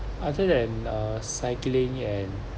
other than er cycling and